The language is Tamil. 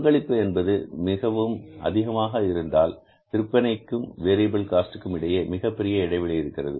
பங்களிப்பு என்பது மிகவும் அதிகமாக இருந்தால் விற்பனைக்கும் வேரியபில் காஸ்ட் இடையே மிகப்பெரிய இடைவெளி இருக்கிறது